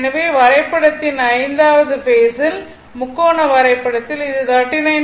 எனவே வரைபடத்தின் 5 வது பேஸில் முக்கோண வரைபடத்தில் இது 39